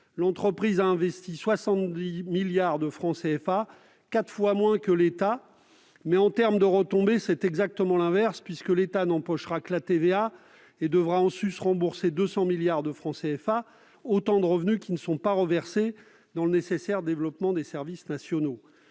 l'entreprise a investi 70 milliards de francs CFA, soit quatre fois moins que l'État. Toutefois, en termes de retombées, c'est exactement l'inverse, puisque l'État n'empochera que la TVA et devra en sus rembourser 200 milliards de francs CFA, autant de revenus qui ne seront pas reversés au nécessaire développement des services nationaux.